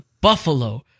buffalo